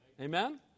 Amen